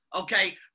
okay